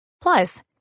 Plus